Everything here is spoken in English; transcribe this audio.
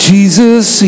Jesus